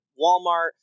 Walmart